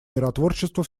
миротворчества